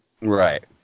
Right